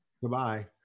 goodbye